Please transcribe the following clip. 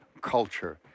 culture